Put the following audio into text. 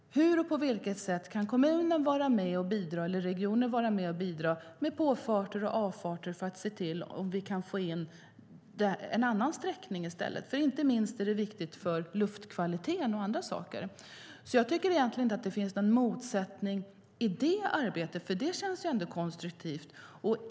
Hur kan regionen vara med och bidra med påfarter och avfarter för att få till en annan sträckning? Det är viktigt inte minst för luftkvaliteten och annat. Det finns egentligen ingen motsättning i det arbetet, utan det känns konstruktivt.